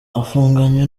afunganywe